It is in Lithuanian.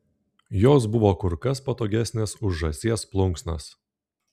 jos buvo kur kas patogesnės už žąsies plunksnas